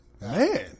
Man